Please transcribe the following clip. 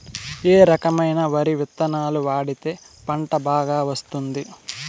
ఏ రకమైన వరి విత్తనాలు వాడితే పంట బాగా వస్తుంది?